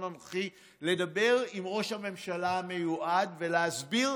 הנוכחי לדבר עם ראש הממשלה המיועד ולהסביר